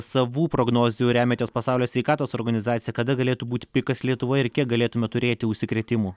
savų prognozių remiatės pasaulio sveikatos organizacija kada galėtų būti pikas lietuvoje ir kiek galėtume turėti užsikrėtimų